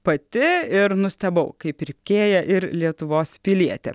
pati ir nustebau kaip pirkėja ir lietuvos pilietė